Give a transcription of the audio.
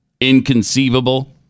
Inconceivable